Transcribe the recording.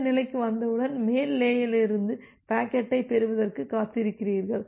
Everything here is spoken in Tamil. இந்த நிலைக்கு வந்தவுடன் மேல் லேயரிலிருந்து பாக்கெட்டைப் பெறுவதற்கு காத்திருக்கிறீர்கள்